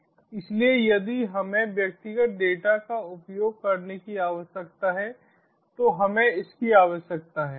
इसलिए यदि हमें व्यक्तिगत डेटा का उपयोग करने की आवश्यकता है तो हमें इसकी आवश्यकता है